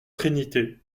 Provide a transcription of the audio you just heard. trinité